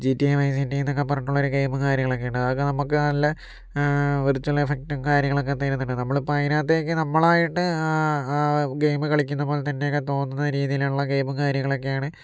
ഇപ്പോൾ G T A A G T എന്നൊക്കെ പറഞ്ഞിട്ടുള്ള ഒരു ഗെയിമും കാര്യങ്ങളൊക്കെയുണ്ട് അതൊക്കെ നമുക്ക് നല്ല വെർച്വൽ എഫക്റ്റും കാര്യങ്ങളൊക്കെ തരുന്നുണ്ട് നമ്മളിപ്പോൾ അതിനകത്തേക്ക് നമ്മളായിട്ട് ഗെയിം കളിക്കുന്ന പോലത്തന്നെയൊക്കെ തോന്നുന്ന രീതിയിലുള്ള ഗെയിമും കാര്യങ്ങളൊക്കെയാണ്